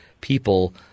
people